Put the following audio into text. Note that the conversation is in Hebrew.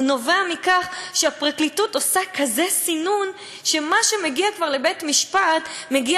הוא נובע מכך שהפרקליטות עושה כזה סינון שמה שמגיע כבר לבית-משפט מגיע